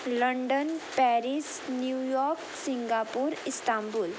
London Paris New York Singapore Istanbul